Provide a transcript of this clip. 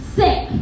sick